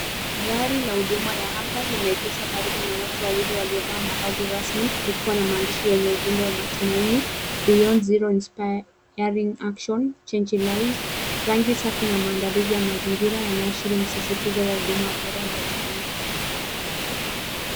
Gari la huduma ya afya limeegeshwa karibu na watu wawili waliovaa mavazi rasmi likiwa na maandishi yenye ujumbe wa matumaini Beyond Zero Inspiring Action Changing Lives. Rangi safi na maandalizi ya mazingira yanaashiria msisitizo wa huduma bora za jamii.